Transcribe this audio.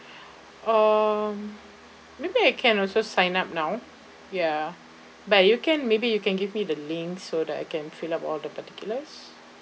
or maybe I can also sign up now ya but you can maybe you can give me the link so that I can fill up all the particulars